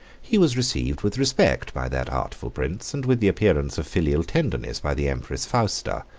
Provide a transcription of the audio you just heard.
he was received with respect by that artful prince, and with the appearance of filial tenderness by the empress fausta.